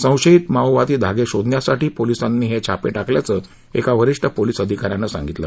संशयित माओवादी धागे शोधण्यासाठी पोलिसांनी हे छापे टाकल्याचं एका वरिष्ठ पोलिस अधिका यांना सांगितलं